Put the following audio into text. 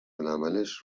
العملش